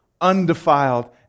undefiled